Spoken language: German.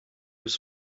ist